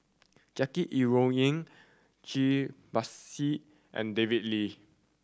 Jackie Yi Ru Ying Cai Bixia and David Lee